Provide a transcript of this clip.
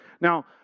Now